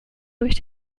durch